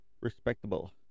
Respectable